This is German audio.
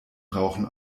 rauchen